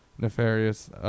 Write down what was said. nefarious